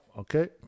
okay